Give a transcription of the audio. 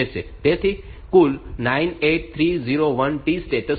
તેથી કુલ 98301 T states છે